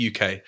UK